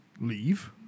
leave